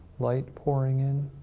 light pouring in,